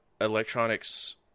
electronics